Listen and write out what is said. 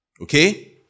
Okay